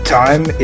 time